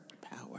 Power